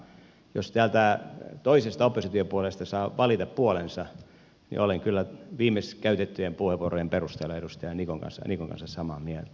jos täältä toisesta oppositiopuolueesta saa valita puolensa niin olen kyllä viimeksi käytettyjen puheenvuorojen perusteella edustaja niikon kanssa samaa mieltä